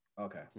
Okay